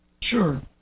Sure